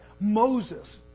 Moses